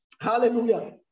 Hallelujah